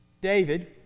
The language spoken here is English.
David